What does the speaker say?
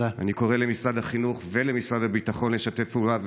אני קורא למשרד החינוך ולמשרד הביטחון לשתף פעולה,